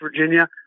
Virginia